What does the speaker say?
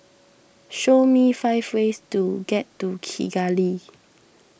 show me five ways to get to Kigali